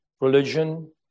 religion